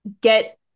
get